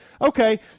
okay